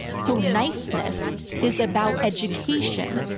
so niceness is about education.